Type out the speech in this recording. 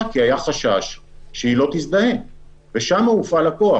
כי היה חשש שהיא לא תזדהה ושם הופעל הכוח.